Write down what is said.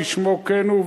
כשמו כן הוא,